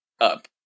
up